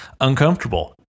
uncomfortable